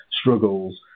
struggles